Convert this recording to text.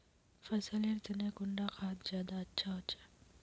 फसल लेर तने कुंडा खाद ज्यादा अच्छा होचे?